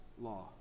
law